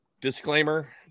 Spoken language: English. disclaimer